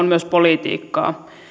myös politiikkaa